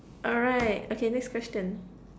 alright okay next question